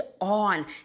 on